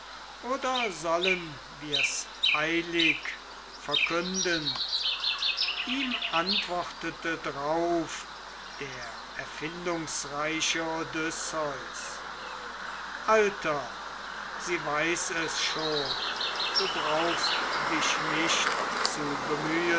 oder sollen wir's eilig verkünden ihm antwortete drauf der erfindungsreiche odysseus alter sie weiß es schon du brauchst dich nicht zu bemühen